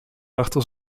achter